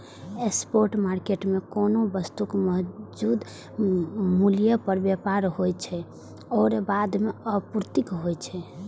spot market मे कोनो वस्तुक मौजूदा मूल्य पर व्यापार होइ छै आ बाद मे आपूर्ति होइ छै